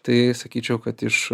tai sakyčiau kad iš